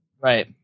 Right